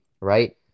right